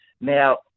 now